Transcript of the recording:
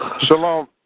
Shalom